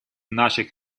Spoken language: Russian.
наших